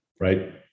right